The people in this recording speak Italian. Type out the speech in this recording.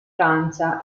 francia